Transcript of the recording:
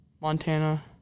Montana